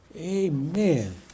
Amen